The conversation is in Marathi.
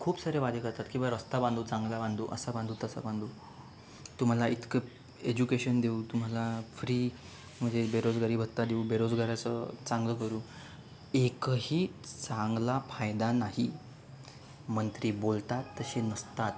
ते खूप सारे वादे करतात की बुवा रस्ता बांधू चांगला बांधू असा बांधू तसा बांधू तुम्हाला इतकं एज्युकेशन देऊ तुम्हाला फ्री म्हणजे बेरोजगारी भत्ता देऊ बेरोजगाऱ्याचं चांगलं करू एकही चांगला फायदा नाही मंत्री बोलतात तसे नसतात